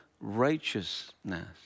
righteousness